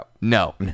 no